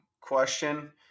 question